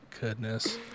Goodness